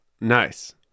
Nice